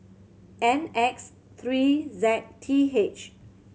N X three Z T H